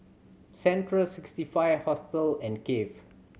Central Sixty Five Hostel and Cafe